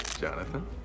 Jonathan